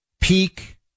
peak